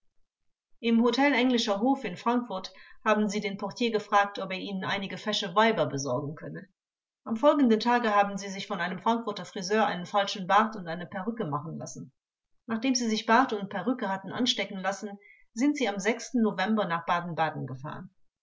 im hotel englischer hof in frankfurt haben sie den portier gefragt ob er ihnen einige fesche weiber besorgen könne am folgenden tage haben sie sich von einem frankfurter friseur einen falschen bart und eine perücke machen lassen nachdem sie sich bart und perücke hatten anstecken lassen sind sie am november nach baden-baden gefahren